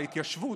ההתיישבות,